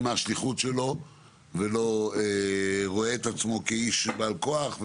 מהי השליחות שלו ולא רואה את עצמו כאיש בעל כוח,